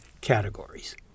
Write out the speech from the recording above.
categories